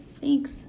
Thanks